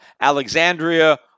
Alexandria